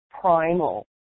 primal